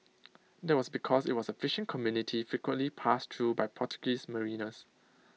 that was because IT was A fishing community frequently passed through by Portuguese mariners